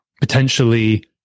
potentially